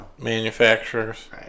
manufacturers